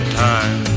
time